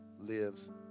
lives